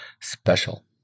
special